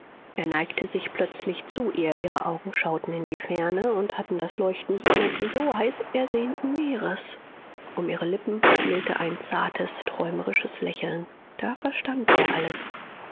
er neigte sich plötzlich zu ihr ihre augen schauten in die ferne und hatten das leuchten jenes so heißersehnten meeres um ihre lippen spielte ein zartes träumerisches lächeln da verstand er alles